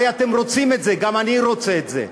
הרי אתם רוצים את זה, גם אני רוצה את זה.